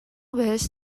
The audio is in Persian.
بهش